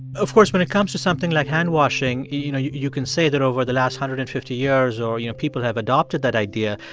of course, when it comes to something like handwashing, you know, you you can say that over the last one hundred and fifty years or, you know, people have adopted that idea,